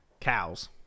Cows